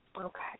Okay